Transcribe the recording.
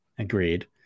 Agreed